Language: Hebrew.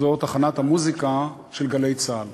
זאת תחנת המוזיקה של "גלי צה"ל".